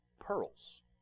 Pearls